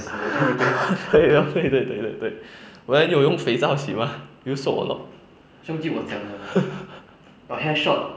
对 orh 对对对对对 but then 你有用肥皂洗 mah use soap or not